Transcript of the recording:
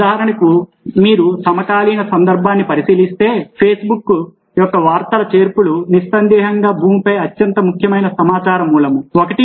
ఉదాహరణకు మీరు సమకాలీన సందర్భాన్ని పరిశీలిస్తే Facebook యొక్క వార్తల చేర్పులు నిస్సందేహంగా భూమిపై అత్యంత ముఖ్యమైన సమాచార మూలం 1